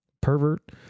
Pervert